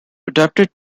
adapted